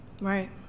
Right